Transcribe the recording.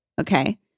Okay